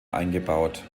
eingebaut